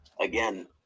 again